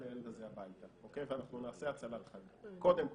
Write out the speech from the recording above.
הילד הזה הביתה ואנחנו נעשה הצלת חיים קודם כול,